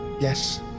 yes